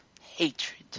hatred